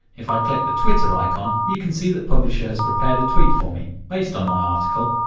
if i click the twitter icon you can see that publisha has prepared a tweet for me, based on my article,